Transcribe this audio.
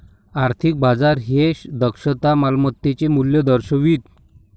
आर्थिक बाजार हे दक्षता मालमत्तेचे मूल्य दर्शवितं